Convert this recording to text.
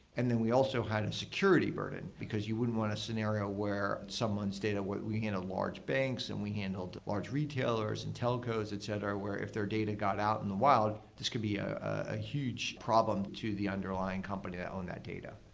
and then we also had a security burden, because you wouldn't want a scenario where someone's data we handled large banks, and we handled large retailers, and telcos, et cetera, where if their data got out in the wild, this could be ah a huge problem to the underlying company that own that data.